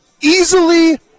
easily